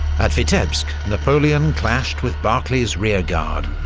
at vitebsk, napoleon clashed with barclay's rearguard,